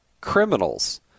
Criminals